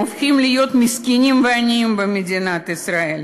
והם הופכים להיות מסכנים ועניים במדינת ישראל.